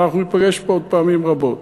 אנחנו ניפגש פה עוד פעמים רבות.